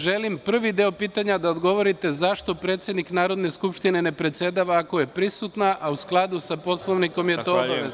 Želim i želim, prvi deo pitanja da odgovorite zašto predsednik Narodne skupštine ne predsedava ako je prisutna, a u skladu sa Poslovnikom je to obavezno.